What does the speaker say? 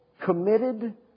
committed